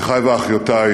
אחי ואחיותי